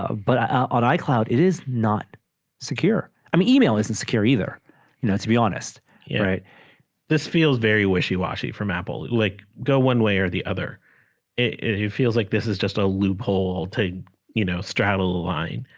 ah but on icloud it is not secure i mean email isn't secure either you know it's to be honest yeah right this feels very wishy-washy from apple like go one way or the other it feels like this is just a loophole to you know straddle the line